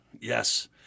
yes